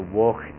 walk